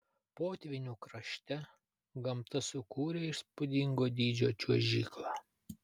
potvynių krašte gamta sukūrė įspūdingo dydžio čiuožyklą